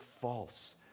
false